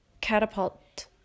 catapult